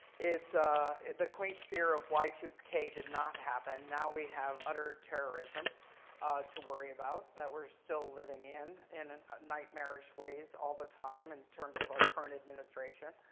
it's the quaint fear of y two k did not happen. now we have utter terrorism to worry about that we're still living in in nightmarish ways all the time in terms of our current administration.